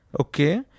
Okay